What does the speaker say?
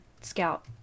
scout